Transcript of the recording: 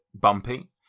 bumpy